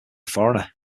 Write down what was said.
foreigner